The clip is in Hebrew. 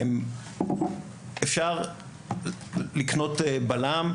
אפשר לקנות בלם ,